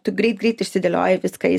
tu greit greit išsidėlioji viską į